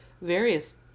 Various